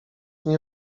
nie